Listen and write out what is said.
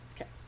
Okay